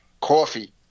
Coffee